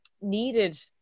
needed